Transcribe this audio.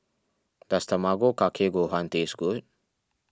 does Tamago Kake Gohan taste good